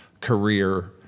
career